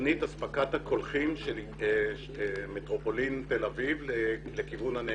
בתוכנית אספקת הקולחין של מטרופולין תל אביב לכיוון הנגב,